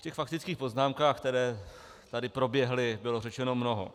Ve faktických poznámkách, které tady proběhly, bylo řečeno mnoho.